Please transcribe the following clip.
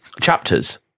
chapters